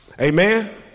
Amen